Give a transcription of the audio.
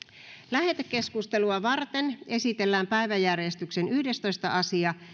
lähetekeskustelua varten esitellään päiväjärjestyksen yhdestoista asia